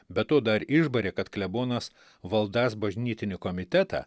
be to dar išbarė kad klebonas valdąs bažnytinį komitetą